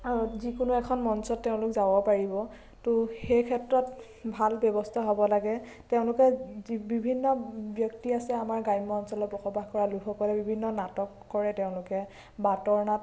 আৰু যিকোনো এখন মঞ্চত তেওঁলোক যাব পাৰিব তো সেইক্ষেত্ৰত ভাল ব্যৱস্থা হ'ব লাগে তেওঁলোকে বিভিন্ন ব্যক্তি আছে আমাৰ গ্ৰাম্য অঞ্চলত বসবাস কৰা লোকসকলে বিভিন্ন নাটক কৰে তেওঁলোকে বাটৰ নাট